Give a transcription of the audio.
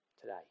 today